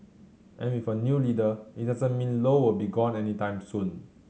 and with a new leader it doesn't mean Low will be gone anytime soon